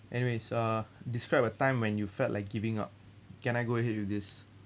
anyways uh describe a time when you felt like giving up can I go ahead with this